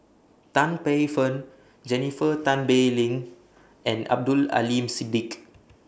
Tan Paey Fern Jennifer Tan Bee Leng and Abdul Aleem Siddique